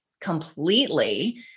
completely